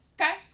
okay